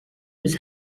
with